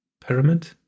pyramid